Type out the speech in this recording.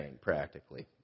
practically